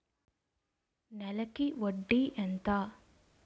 నెలకి వడ్డీ ఎంత?